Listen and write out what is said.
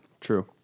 True